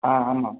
ஆ ஆமாம்